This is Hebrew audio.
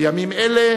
בימים אלה,